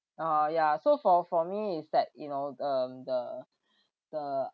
oh ya so for for me is that you know um the the